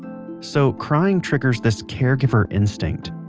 so crying triggers this caregiver instinct,